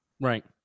Right